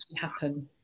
happen